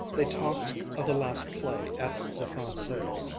they talked of the last play at the francais,